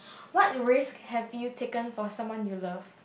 what risk have you taken for someone you love